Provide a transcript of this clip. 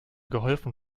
geholfen